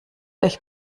euch